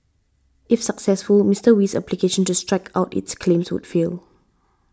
if successful Mister Wee's application to strike out its claims would fail